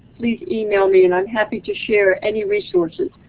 please email me. and i'm happy to share any resources.